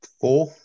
Four